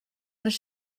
nes